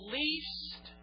least